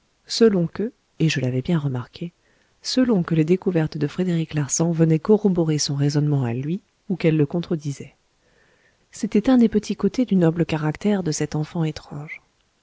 selon que et je l'avais bien remarqué selon que les découvertes de frédéric larsan venaient corroborer son raisonnement à lui ou qu'elles le contredisaient c'était un des petits côtés du noble caractère de cet enfant étrange